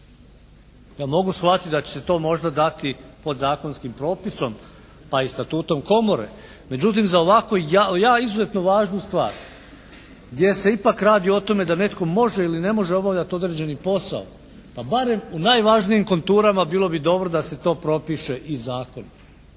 Ja mogu shvatiti da će se možda dati podzakonskim propisom pa i statutom komore, međutim za ovako izuzetno važnu stvar gdje se ipak radi o tome da netko može ili ne može obavljati određeni posao pa barem u najvažnijim konturama bilo bi dobro da se to propiše i zakonom.